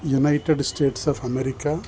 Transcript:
United States of America